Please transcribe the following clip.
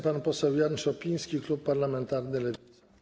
Pan poseł Jan Szopiński, klub parlamentarny Lewica.